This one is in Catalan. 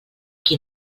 qui